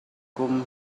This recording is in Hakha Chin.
kum